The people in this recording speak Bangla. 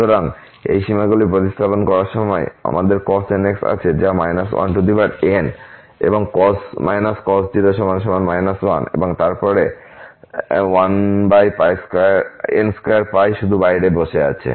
সুতরাং এই সীমাগুলি প্রতিস্থাপন করার সময় আমাদের cos nπ আছে যা 1n এবং cos 0 1 এবং তারপর 1n2 শুধু বাইরে বসে আছে